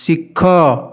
ଶିଖ